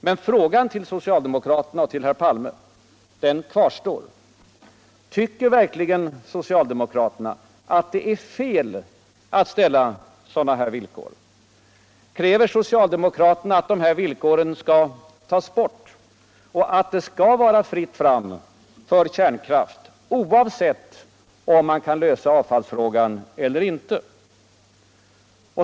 Men frågan till socialdemokraterna och herr Palme kvarstår: Tycker verkligen socialdemokraterna att det är fet att ställa sådana hir villkor? Kräver sociuldemokraterna att dessa villkor skall tas bort och att det skall vara fritt fråam för kärnkraften, vavsett om man kan lösa avfallsfrågan eller inte?